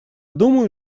думаю